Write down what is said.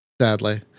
sadly